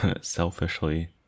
selfishly